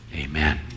Amen